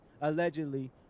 allegedly